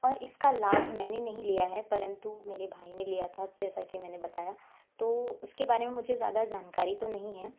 पर इसका लाभ मैंने नहीं लिया है परंतु मेरे भाई ने लिया था जैसा की मैंने बताया तो उसके बारे में मुझे ज़्यादा जानकारी तो नहीं है